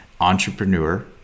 entrepreneur